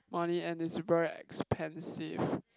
money and it's very expensive